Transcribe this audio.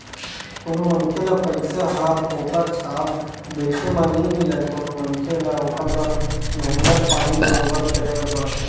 कोनो मनखे ल पइसा ह फोकट छाप बइठे म नइ मिलय कोनो मनखे ल ओखर बर मेहनत पानी बरोबर करे बर परथे